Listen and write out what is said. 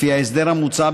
לפי ההסדר המוצע,